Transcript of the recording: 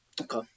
Okay